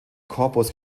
corpus